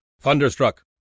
Thunderstruck